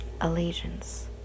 Allegiance